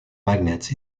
magnets